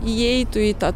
įeitų į tą